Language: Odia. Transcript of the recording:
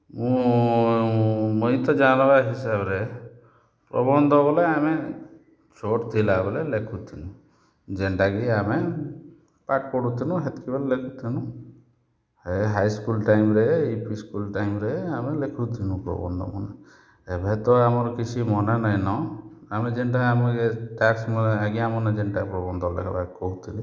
ମୁଁ ମୁଇଁ ତ ଜାଣ୍ବାର୍ ହିସାବ୍ରେ ପ୍ରବନ୍ଧ ବେଲେ ଆମେ ଛୋଟ୍ ଥିଲା ବେଲେ ଲେଖୁଥିଲୁଁ ଯେନ୍ଟା କି ଆମେ ପାଠ୍ ପଢ଼ୁଥିଲୁଁ ହେତ୍କି ବେଲେ ଲେଖୁଥିଲି ଏ ହାଇସ୍କୁଲ୍ ଟାଇମ୍ରେ ୟୁପି ସ୍କୁଲ୍ ଟାଇମ୍ରେ ଲେଖୁଥିଲୁଁ ପ୍ରବନ୍ଧମାନେ ଏଭେ ତ ଆମର୍ କିଛି ମନ୍ ନାଇନ ଆମେ ଯେନ୍ତା ଆମେ କ୍ଲାସ୍ମାନ ଯେନ୍ଟା ପ୍ରବନ୍ଧମାନ୍ କହୁଥିଲେ